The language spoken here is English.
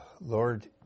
Lord